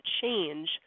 change